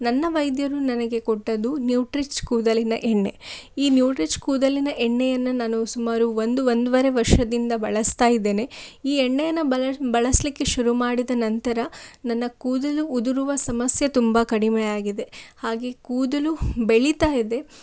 ನನ್ನ ವೈದ್ಯರು ನನಗೆ ಕೊಟ್ಟದ್ದು ನ್ಯೂಟ್ರಿಚ್ ಕೂದಲಿನ ಎಣ್ಣೆ ಈ ನ್ಯೂಟ್ರಿಚ್ ಕೂದಲಿನ ಎಣ್ಣೆಯನ್ನು ನಾನು ಸುಮಾರು ಒಂದು ಒಂದೂವರೆ ವರ್ಷದಿಂದ ಬಳಸ್ತಾ ಇದ್ದೇನೆ ಈ ಎಣ್ಣೆಯನ್ನು ಬಳ ಬಳಸಲಿಕ್ಕೆ ಶುರು ಮಾಡಿದ ನಂತರ ನನ್ನ ಕೂದಲು ಉದುರುವ ಸಮಸ್ಯೆ ತುಂಬ ಕಡಿಮೆ ಆಗಿದೆ ಹಾಗೆ ಕೂದಲು ಬೆಳೀತಾ ಇದೆ